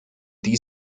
die